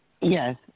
Yes